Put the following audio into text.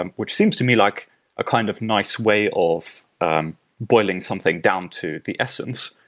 and which seems to me like a kind of nice way of boiling something down to the essence,